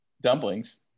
Dumplings